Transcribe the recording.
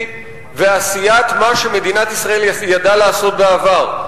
ועשיית מה שמדינת ישראל ידעה לעשות בעבר,